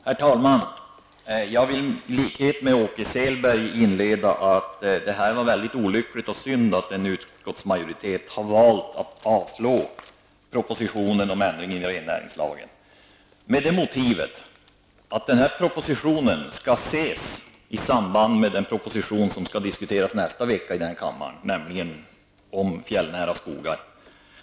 Herr talman! Jag vill i likhet med Åke Selberg inleda mitt anförande med att säga, att det är mycket olyckligt att utskottsmajoriteten har valt att avstyrka propositionen om ändring i rennäringslagen. Utskottet har gjort det med motiveringen att denna proposition skall ses i samband med den proposition som skall diskuteras nästa vecka i denna kammare, nämligen propositionen om fjällnära skogar.